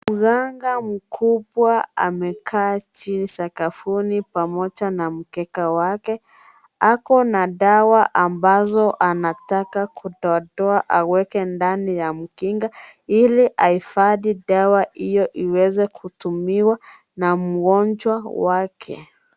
Mganga mkubwa amekaa chini sakafuni pamoja na mkeka wake ako na dawa ambazo anataka kudodoa aweke ndani ya mginga ili ahifadhi dawa hiyo iweze kutumiwa na mgonjwa wake.